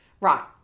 right